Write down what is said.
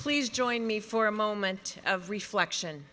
please join me for a moment of reflection